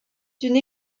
d’une